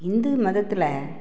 இந்து மதத்தில்